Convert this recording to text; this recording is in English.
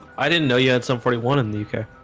i didn't know you had some forty one in the uk